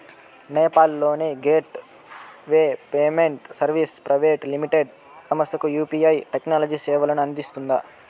నేపాల్ లోని gateway payment services private limited సంస్థకు UPI technology సేవలను అందిస్తుందా?